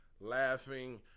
laughing